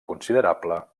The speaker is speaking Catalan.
considerable